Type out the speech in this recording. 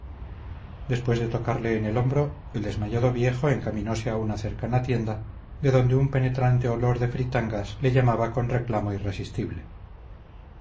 después de tocarle en el hombro el desmayado viejo encaminose a una cercana tienda de donde un penetrante olor de fritangas le llamaba con reclamo irresistible